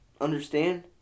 understand